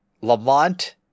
Lamont